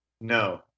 No